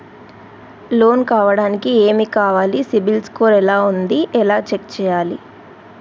Loan కావడానికి ఏమి కావాలి సిబిల్ స్కోర్ ఎలా ఉంది ఎలా చెక్ చేయాలి?